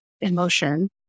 Emotion